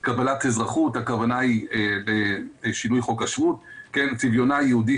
קבלת אזרחות הכוונה היא לשינוי חוק השבות צביונה היהודי